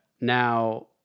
Now